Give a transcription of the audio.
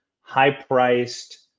high-priced